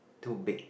too big